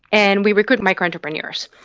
and we recruit micro entrepreneurs.